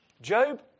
Job